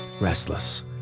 restless